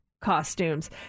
costumes